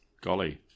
Golly